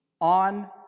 on